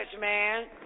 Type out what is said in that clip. man